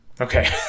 Okay